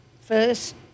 first